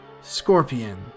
Scorpion